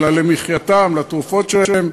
אלא למחייתם, לתרופות שלהם,